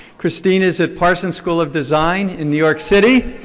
christine is at parsons school of design in new york city,